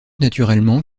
naturellement